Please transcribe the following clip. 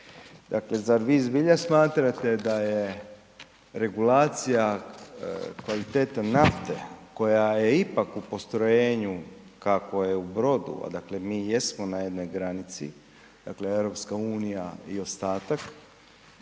Zar vi zbilja smatrate da je regulacija kvalitete nafte koja je ipak u postrojenju kakvo je u Brodu, odakle mi i jesmo na jednoj granici, dakle, EU i ostatak,